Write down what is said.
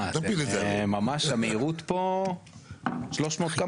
ממש המהירות פה 300 קמ"ש.